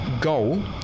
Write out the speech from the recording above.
goal